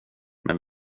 men